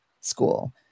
school